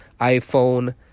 iphone